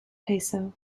peso